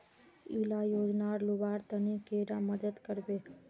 इला योजनार लुबार तने कैडा मदद करबे?